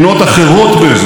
גם במהירות.